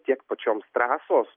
tiek pačioms trąsos